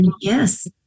Yes